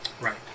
Right